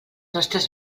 nostres